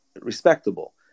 respectable